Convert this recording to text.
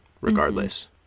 regardless